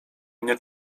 mnie